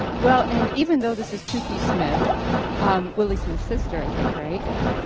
well, and even though this is toukie smith willi smith's sister i think, right? yeah.